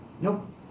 Nope